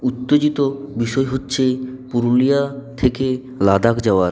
উত্তেজিত বিষয় হচ্ছে পুরুলিয়া থেকে লাদাখ যাওয়ার